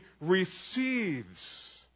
receives